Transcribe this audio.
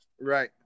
Right